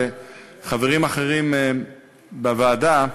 וחברים אחרים בוועדה.